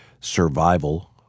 survival